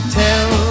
tell